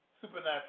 supernatural